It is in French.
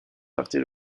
partir